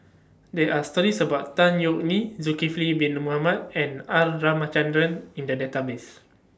There Are stories about Tan Yeok Nee Zulkifli Bin Mohamed and R Ramachandran in The Database